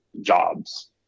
jobs